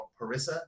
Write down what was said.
Parissa